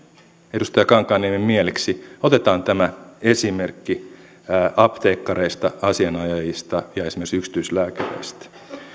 edustaja kankaanniemen mieliksi otetaan tämä esimerkki apteekkareista asianajajista ja esimerkiksi yksityislääkäreistä